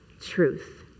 truth